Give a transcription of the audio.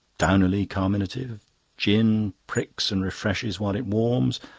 downily carminative gin pricks and refreshes while it warms.